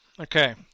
okay